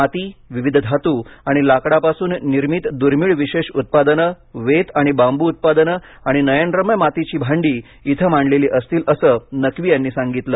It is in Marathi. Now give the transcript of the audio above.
माती विविध धातू आणि लाकडापासून निर्मित दुर्मीळ विशेष उत्पादनं वेत आणि बांबू उत्पादनं आणि नयमरम्य मातीची भांडी इथे मांडलेली असतील असं नक्वी यांनी सांगितलं